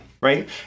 right